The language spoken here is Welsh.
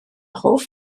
hoff